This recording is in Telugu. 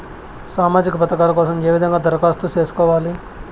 సామాజిక పథకాల కోసం ఏ విధంగా దరఖాస్తు సేసుకోవాలి